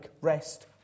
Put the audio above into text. rest